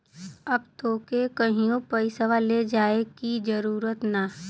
अब तोके कहींओ पइसवा ले जाए की जरूरत ना